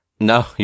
no